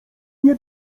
nie